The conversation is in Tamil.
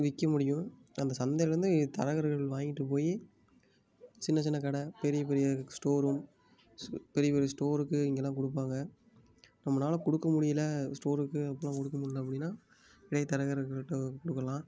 விற்க முடியும் அந்த சந்தையிலேருந்து தரகர்கள் வாங்கிட்டு போய் சின்ன சின்ன கடை பெரிய பெரிய ஸ்டோர் ரூம்ஸ் பெரிய பெரிய ஸ்டோருக்கு இங்கெல்லாம் கொடுப்பாங்க நம்மனால கொடுக்க முடியல ஸ்டோருக்கு அப்பிடிட்லாம் கொடிக்க முடியல அப்படின்னா இடைத்தரகர்கள்ட்ட கொடுக்கலாம்